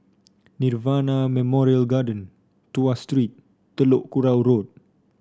Nirvana Memorial Garden Tuas Street Telok Kurau Road